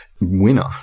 winner